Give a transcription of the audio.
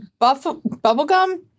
Bubblegum